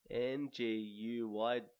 n-g-u-y